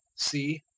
see,